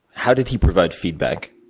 how did he provide feedback?